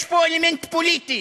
יש פה אלמנט פוליטי,